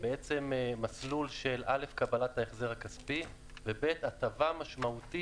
מסלול של קבלת ההחזר הכספי והטבה משמעותית.